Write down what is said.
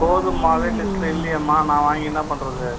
கோதுமை மாவே லிஸ்ட்டில இல்லயேம்மா நான் வாங்கி என்ன பண்ணுறது